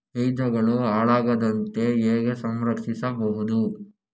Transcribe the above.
ಬೀಜಗಳು ಹಾಳಾಗದಂತೆ ಹೇಗೆ ಸಂರಕ್ಷಿಸಬಹುದು?